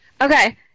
Okay